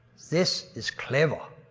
this is clever,